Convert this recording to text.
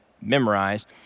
memorized